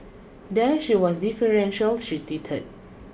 there she was deferential she tweeted